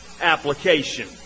application